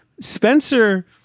Spencer